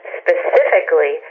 specifically